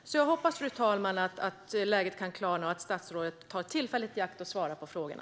Jag hoppas, fru talman, att läget kan klarna och att statsrådet tar tillfället i akt att svara på frågorna.